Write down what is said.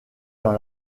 dans